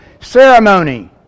ceremony